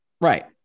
Right